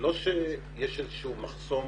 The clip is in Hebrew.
לא שיש איזשהו מחסום,